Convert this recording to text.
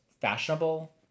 fashionable